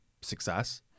success